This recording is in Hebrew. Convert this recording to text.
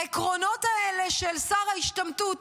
העקרונות האלה של שר ההשתמטות,